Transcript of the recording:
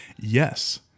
yes